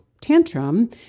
tantrum